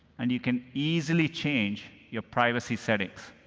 and you can easily change your privacy settings.